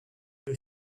est